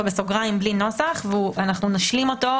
זה מופיע בתקנות שהוגשו בוועדת הכלכלה ונשמט אצלנו?